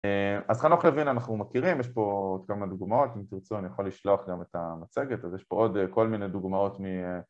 אה אז חנוך הבין אנחנו מכירים, יש פה עוד כמה דוגמאות, אם תרצו אני יכול לשלוח גם את המצגת, אז יש פה עוד כל מיני דוגמאות